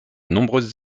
nombreuses